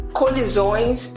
colisões